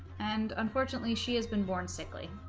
and unfortunately she has been born sickly